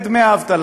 את דמי האבטלה.